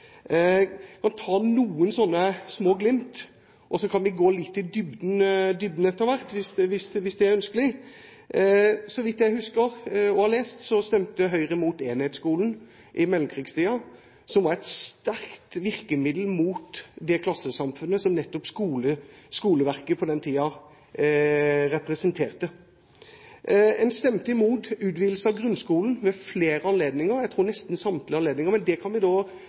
kan vi gå litt i dybden etter hvert, hvis det er ønskelig. Så vidt jeg husker å ha lest, stemte Høyre i mellomkrigstiden imot enhetsskolen – som var et sterkt virkemiddel mot det klassesamfunnet som nettopp skoleverket på den tiden representerte. En stemte imot utvidelse av grunnskolen ved flere anledninger, jeg tror nesten samtlige anledninger. Men det kan vi